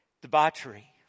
debauchery